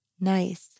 nice